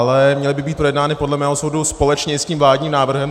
Ale měly by být projednány podle mého soudu společně s tím vládním návrhem.